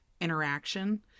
interaction